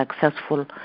successful